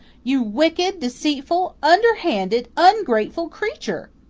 you wicked, deceitful, underhanded, ungrateful creature!